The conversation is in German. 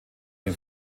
dem